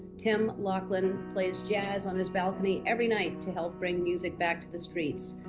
tim lockland plays jazz on his balcony every night to help bring music back to the streets.